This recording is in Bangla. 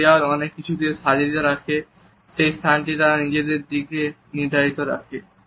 যারা দেওয়াল অনেক কিছু দিয়ে সাজায় যাতে সেই স্থানটি তাদের নিজেদের হিসেবে নির্ধারিত থাকে